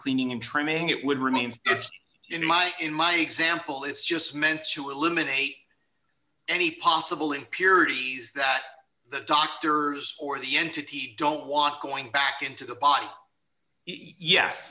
cleaning and trimming it would remains in my in my example it's just meant to eliminate any possible impure issues that the doctors or the entity don't want going back into the body yes